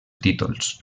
títols